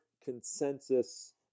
consensus